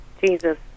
Jesus